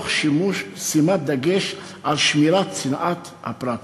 בשימת דגש על שמירת צנעת הפרט.